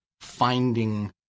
finding